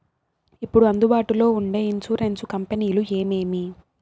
ఇప్పుడు అందుబాటులో ఉండే ఇన్సూరెన్సు కంపెనీలు ఏమేమి?